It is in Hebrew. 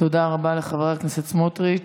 תודה רבה לחבר הכנסת סמוטריץ'.